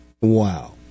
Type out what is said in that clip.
Wow